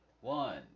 One